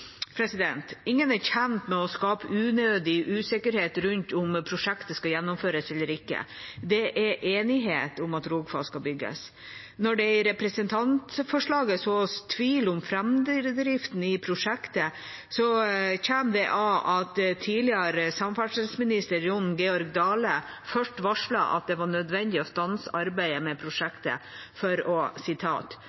Ingen er tjent med å skape unødig usikkerhet rundt om prosjektet skal gjennomføres eller ikke. Det er enighet om at Rogfast skal bygges. Når det i representantforslaget sås tvil om framdriften i prosjektet, kommer det av at tidligere samferdselsminister Jon Georg Dale først varslet at det var nødvendig å stanse arbeidet med